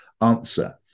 answer